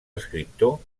escriptor